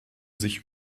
sich